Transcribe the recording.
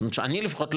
אני לפחות,